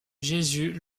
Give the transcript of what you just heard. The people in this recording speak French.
jesús